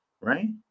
right